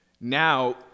Now